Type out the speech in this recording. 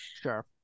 Sure